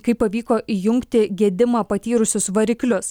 kai pavyko įjungti gedimą patyrusius variklius